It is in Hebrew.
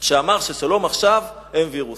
שאמר ש"שלום עכשיו" הם וירוס.